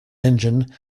engine